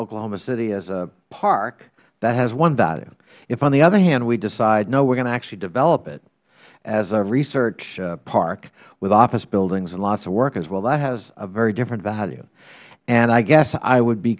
oklahoma city as a park that has one value if on the other hand we decide no we are going to actually develop it as a research park with office buildings and lots of workers well that has a very different value and i guess i would be